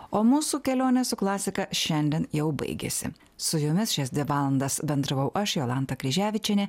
o mūsų kelionė su klasika šiandien jau baigėsi su jumis šias dvi valandas bendravau aš jolanta kryževičienė